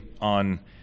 on